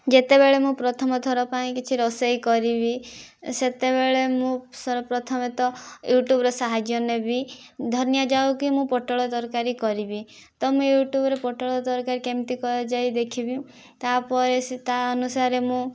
ଯେତେବେଳେ ମୁଁ ପ୍ରଥମଥର ପାଇଁ କିଛି ରୋଷେଇ କରିବି ସେତେବେଳେ ମୁଁ ସର୍ବପ୍ରଥମେ ତ ୟୁଟ୍ୟୁବର ସାହାଯ୍ୟ ନେବି ଧରିନିଆଯାଉ କି ମୁଁ ପୋଟଳ ତରକାରୀ କରିବି ତ ମୁଁ ୟୁଟ୍ୟୁବରୁ ପୋଟଳ ତରକାରୀ କେମିତି କରାଯାଏ ଦେଖିବି ତାପରେ ସେ ତା' ଅନୁସାରେ ମୁଁ